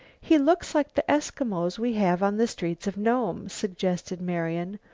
he looks like the eskimos we have on the streets of nome, suggested marian,